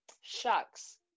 Shucks